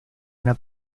una